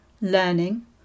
learning